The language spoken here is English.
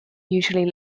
usually